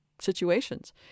situations